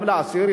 גם לאסיר,